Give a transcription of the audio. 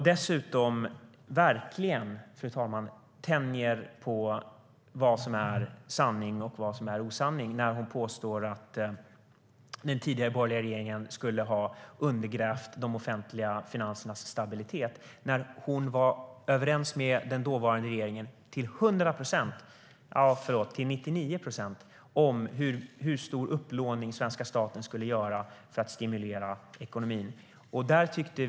Dessutom, fru talman, tänjer hon verkligen på vad som är sanning och vad som är osanning när hon påstår att den tidigare borgerliga regeringen skulle ha undergrävt de offentliga finansernas stabilitet. Hon var till hundra procent, förlåt, till 99 procent, överens med den dåvarande regeringen om hur stor upplåning svenska staten skulle göra för att stimulera ekonomin.